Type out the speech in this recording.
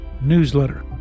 newsletter